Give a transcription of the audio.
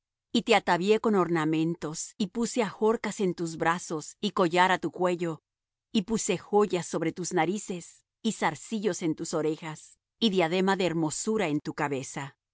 y te atavíe con ornamentos y puse ajorcas en tus brazos y collar á tu cuello y puse joyas sobre tus narices y zarcillos en tus orejas y diadema de hermosura en tu cabeza